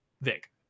Vic